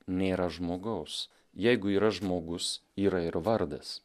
nėra žmogaus jeigu yra žmogus yra ir vardas